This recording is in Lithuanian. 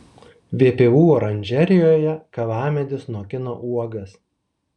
vpu oranžerijoje kavamedis nokina uogas